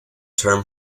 term